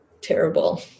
terrible